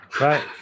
Right